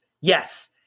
Yes